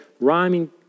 rhyming